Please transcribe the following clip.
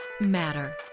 matter